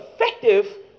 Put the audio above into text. effective